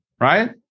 right